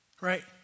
right